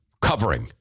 covering